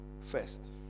first